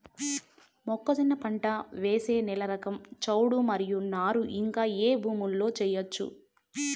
మొక్కజొన్న పంట వేసే నేల రకం చౌడు మరియు నారు ఇంకా ఏ భూముల్లో చేయొచ్చు?